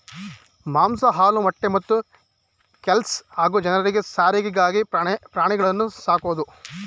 ಮಾಂಸ ಹಾಲು ಮೊಟ್ಟೆ ಮತ್ತೆ ಕೆಲ್ಸ ಹಾಗೂ ಜನರಿಗೆ ಸಾರಿಗೆಗಾಗಿ ಪ್ರಾಣಿಗಳನ್ನು ಸಾಕೋದು